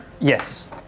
Yes